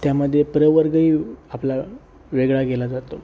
त्यामध्ये प्रवर्गही आपला वेगळा केला जातो